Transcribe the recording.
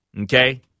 okay